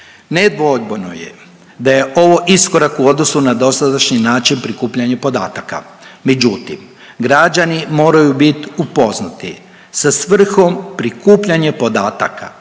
Nedvojbeno je da je ovo iskorak u odnosnu na dosadašnji način prikupljanja podataka, međutim građani moraju bit upoznati sa svrhom prikupljanja podataka,